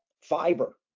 fiber